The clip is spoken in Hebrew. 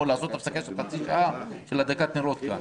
לעשות הפסקה של חצי שעה להדלקת נרות כאן,